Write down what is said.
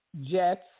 jets